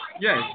Yes